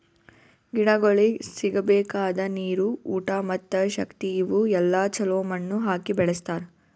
ಗಿಡಗೊಳಿಗ್ ಸಿಗಬೇಕಾದ ನೀರು, ಊಟ ಮತ್ತ ಶಕ್ತಿ ಇವು ಎಲ್ಲಾ ಛಲೋ ಮಣ್ಣು ಹಾಕಿ ಬೆಳಸ್ತಾರ್